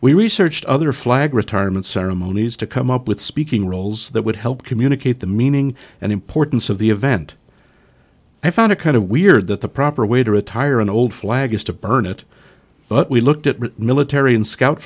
we researched other flag retirement ceremonies to come up with speaking roles that would help communicate the meaning and importance of the event i found it kind of weird that the proper way to retire an old flag is to burn it but we looked at military and scout